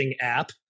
app